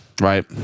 right